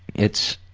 it's